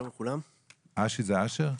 אשי זה אשר?